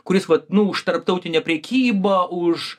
kuris vat nu už tarptautinę prekybą už